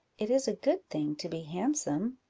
it is a good thing to be handsome?